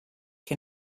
che